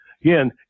again